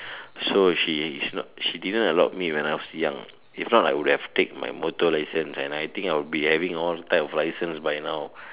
so she she not she didn't allowed me when I was young if not I would have have take my motor license and I think I would be having all types of license by now